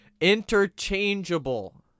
Interchangeable